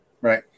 Right